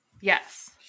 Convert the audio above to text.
Yes